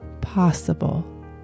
possible